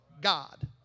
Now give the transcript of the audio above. God